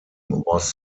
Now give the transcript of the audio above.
was